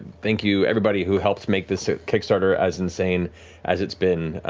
thank you everybody who helped make this kickstarter as insane as it's been.